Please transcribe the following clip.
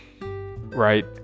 right